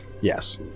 Yes